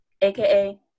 aka